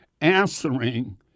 answering